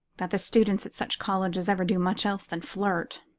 that the students at such colleges ever do much else than flirt.